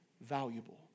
valuable